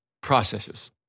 processes